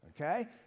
okay